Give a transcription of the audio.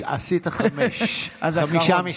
עשית חמישה משפטים.